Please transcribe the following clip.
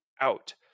out